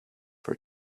for